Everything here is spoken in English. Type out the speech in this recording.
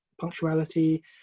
punctuality